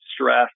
stress